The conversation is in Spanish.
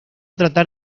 tratar